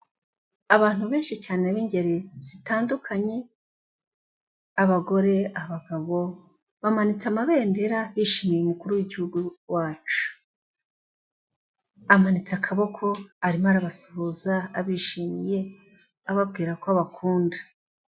Abantu benshi cyane b'ingeri zitandukanye, abagore, abagabo bamanitse amabendera bishimiye umukuru w'igihugu wacu, amanitse akaboko arimo arabasuhuza, abishimiye ababwira ko abakunda.